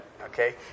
Okay